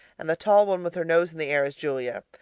and the tall one with her nose in the air is julia,